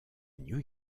new